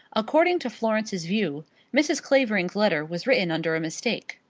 according to florence's view mrs. clavering's letter was written under a mistake.